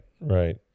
right